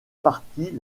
partie